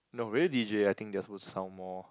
no radio d_j I think they are suppose to sound more